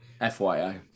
FYI